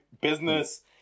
business